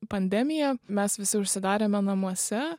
pandemija mes visi užsidarėme namuose